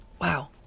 Wow